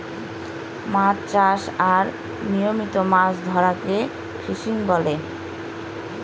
মাছ চাষ আর নিয়মিত মাছ ধরাকে ফিসিং বলে